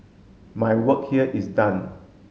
my work here is done